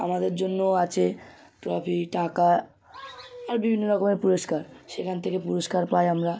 আমাদের জন্যও আছে ট্রফি টাকা আর বিভিন্ন রকমের পুরস্কার সেখান থেকে পুরস্কার পাই আমরা